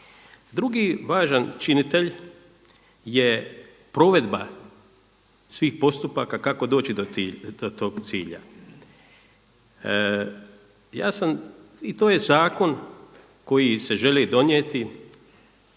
Drugi važan činitelj je provedba svih postupaka kako doći do tog cilja. Ja sam i to je zakon koji se želi donijeti